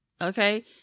Okay